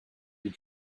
your